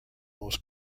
most